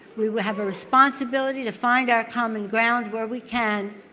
we will have a responsibility to find our common ground where we can,